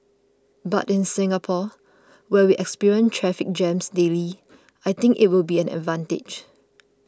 but in Singapore where we experience traffic jams daily I think it will be an advantage